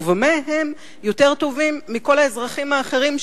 ובמה הם יותר טובים מכל האזרחים האחרים,